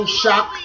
shock